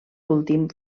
últim